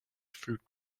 fruit